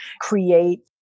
create